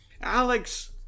Alex